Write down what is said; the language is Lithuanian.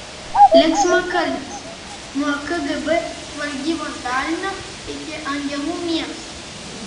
linksmakalnis nuo kgb žvalgybos dalinio iki angelų miesto